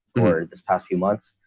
or this past few months.